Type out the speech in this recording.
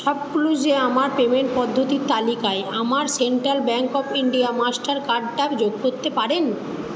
শপক্লুজে আমার পেমেন্ট পদ্ধতির তালিকায় আমার central bank of India master কার্ডটা যোগ করতে পারেন